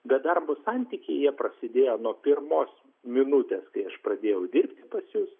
bet darbo santykiai prasidėjo nuo pirmos minutės kai aš pradėjau dirbti pas jus